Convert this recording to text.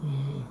mm